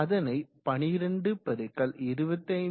அதனை 12 × 25